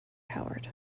coward